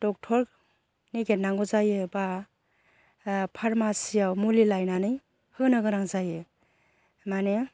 doctor नेगेरनांगौ जायो बा पारमासियाव मुलि लायनानै होनो गोनां जायो माने